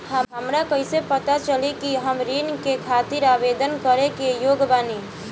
हमरा कइसे पता चली कि हम ऋण के खातिर आवेदन करे के योग्य बानी?